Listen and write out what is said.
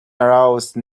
arouse